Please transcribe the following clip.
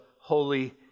Holy